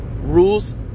Rules